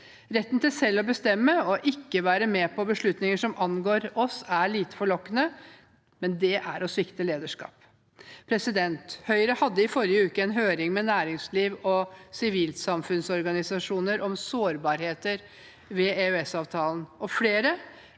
Retten til selv å bestemme og ikke være med på beslutninger som angår oss, er lite forlokkende, og det er å svikte lederskap. Høyre hadde i forrige uke en høring med næringsliv og sivilsamfunnsorganisasjoner om sårbarheter ved EØS-avtalen, og flere